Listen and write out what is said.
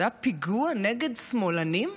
זה היה פיגוע נגד שמאלנים.